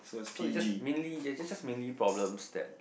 so it's just mainly just just mainly problems that